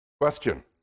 Question